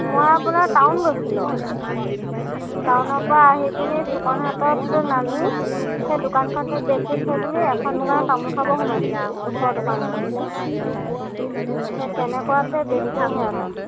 মই আপোনাৰ টাউন গৈছিলো টাউনৰ পৰা আহি পিনি ফুকনহাটতে নামি সেই দোকানখনতে বেগটো থৈ পিনি এখন দোকানত তামোল খাব সোমাইছিলো ওচৰৰ দোকান এখনতে সেই তেনেকুৱাতে বেগটো হেৰালে